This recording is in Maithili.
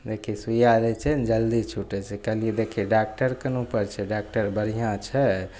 देखी सुइआ दै छै ने जल्दी छुटै छै कहलिए देखही डाकटरके ने उपर छै डाकटर बढ़िआँ छै